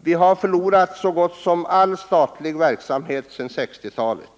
Vi har förlorat så gott som all statlig verksamhet sedan 1960-talet.